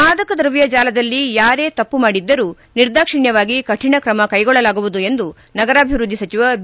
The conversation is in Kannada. ಮಾದಕ ದ್ರವ್ಯ ಜಾಲದಲ್ಲಿ ಯಾರೇ ತಪ್ಪು ಮಾಡಿದ್ದರೂ ನಿರ್ದಾಕ್ಷಿಣ್ಞವಾಗಿ ಕಠಿಣ ಕ್ರಮ ಕೈಗೊಳ್ಳಲಾಗುವುದು ಎಂದು ನಗರಾಭಿವೃದ್ದಿ ಸಚಿವ ಬಿ